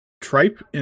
Tripe